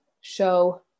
show